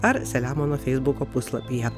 ar selemono feisbuko puslapyje